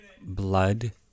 blood